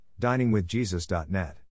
diningwithjesus.net